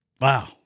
Wow